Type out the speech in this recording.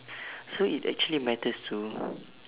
so it actually matters to